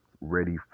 ready